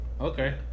okay